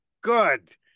good